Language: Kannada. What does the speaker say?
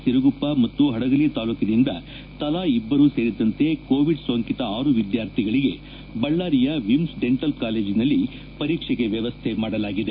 ಸಿರುಗುಪ್ಪ ಮತ್ತು ಪಡಗಲಿ ತಾಲೂಕಿನಿಂದ ತಲಾ ಇಬ್ಬರು ಸೇರಿದಂತೆ ಕೋವಿಡ್ ಸೋಂಕಿತ ಆರು ವಿದ್ಯಾರ್ಥಿಗಳಿಗೆ ಬಳ್ಳಾರಿಯ ವಿಮ್ಲ್ ಡೆಂಟಲ್ ಕಾಲೇಜಿನಲ್ಲಿ ಪರೀಕ್ಷೆಗೆ ವ್ಯವಸ್ಥೆ ಮಾಡಲಾಗಿದೆ